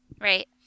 Right